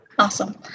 Awesome